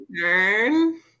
turn